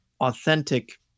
authentic